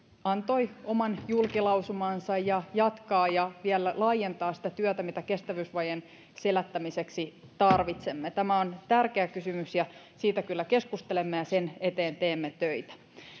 antoi oman julkilausumansa ja jatkaa ja vielä laajentaa sitä työtä mitä kestävyysvajeen selättämiseksi tarvitsemme tämä on tärkeä kysymys ja siitä kyllä keskustelemme ja sen eteen teemme töitä